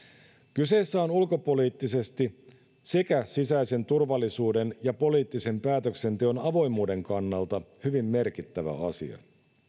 kyseessä on ulkopoliittisesti sisäisen turvallisuuden ja poliittisen päätöksenteon avoimuuden kannalta hyvin merkittävä asia